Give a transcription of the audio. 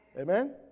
Amen